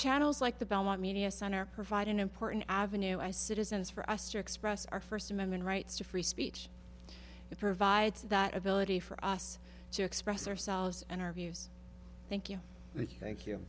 channels like the belmont media center provide an important avenue as citizens for us to express our first amendment rights to free speech that provides that ability for us to express ourselves and our views thank you thank you